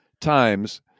times